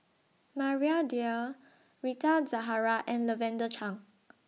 Maria Dyer Rita Zahara and Lavender Chang